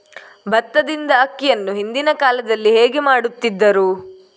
ಭತ್ತದಿಂದ ಅಕ್ಕಿಯನ್ನು ಹಿಂದಿನ ಕಾಲದಲ್ಲಿ ಹೇಗೆ ಮಾಡುತಿದ್ದರು?